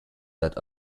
that